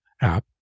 app